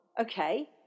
okay